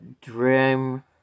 dream